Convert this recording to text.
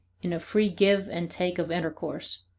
in a free give and take of intercourse.